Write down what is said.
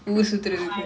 why eh